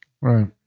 Right